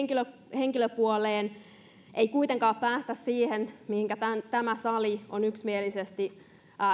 henkilöpuoleen mutta ei kuitenkaan päästä siihen minkä tämä sali on yksimielisesti